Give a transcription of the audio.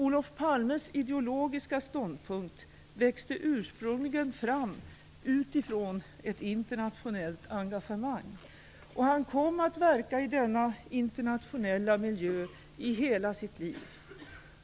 Olof Palmes ideologiska ståndpunkt växte ursprungligen fram utifrån ett internationellt engagemang, och han kom att verka i denna internationella miljö i hela sitt liv.